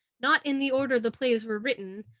not in the order the plays were written,